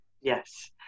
yes